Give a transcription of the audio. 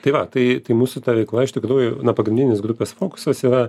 tai va tai tai mūsų veikla iš tikrųjų na pagrindinis grupės fokusas yra